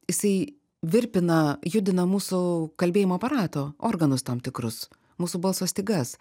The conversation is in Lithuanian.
jisai virpina judina mūsų kalbėjimo aparato organus tam tikrus mūsų balso stygas